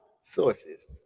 sources